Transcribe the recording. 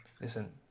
Listen